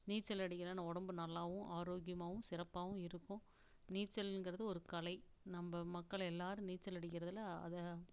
நீச்சல் அடிக்கிறதுனா உடம்பு நல்லாவும் ஆரோக்கியமாகவும் சிறப்பாகவும் இருக்கும் நீச்சல்ங்கிறது ஒரு கலை நம்ம மக்கள் எல்லோரும் நீச்சல் அடிக்கிறதில் அதை